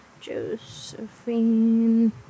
Josephine